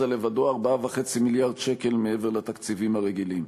לבדו 4.5 מיליארד שקל מעבר לתקציבים הרגילים.